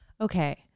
Okay